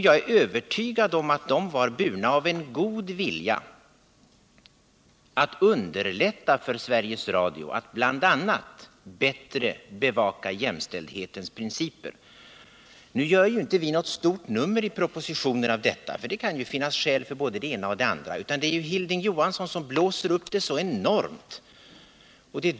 Jag är övertygad om att de var burna av en god vilja att underlätta för Sveriges Radio att bl.a. bevaka jämställdhetens principer. Nu gör inte vi något stort nummer av detta i propositionen, för det kan ju finnas skäl för både det ena och det andra, utan det är Hilding Johansson som blåser upp det så enormt.